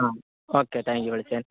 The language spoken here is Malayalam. ആ ഓക്കേ താങ്ക്യൂ വിളിച്ചതിന്